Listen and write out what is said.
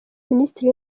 minisitiri